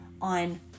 on